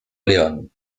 león